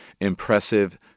impressive